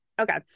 Okay